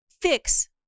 fix